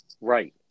Right